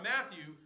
Matthew